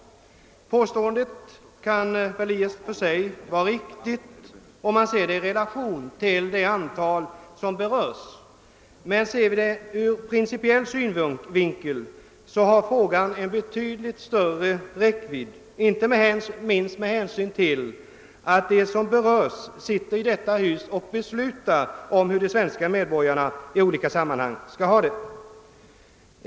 Påståendet kan väl i och för sig vara riktigt, om man ser frågan i relation till det antal personer som berörs. Men om vi ser frågan ur principiell synvinkel har den en betydligt större räckvidd, inte minst med hänsyn till att de som berörs sitter i detta hus och beslutar om hur de svenska medborgarna i olika sammanhang skall ha det.